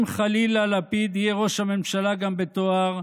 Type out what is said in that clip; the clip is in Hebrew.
אם חלילה לפיד יהיה ראש הממשלה גם בתואר,